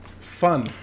fun